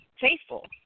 faithful